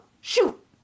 shoot